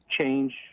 change